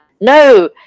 No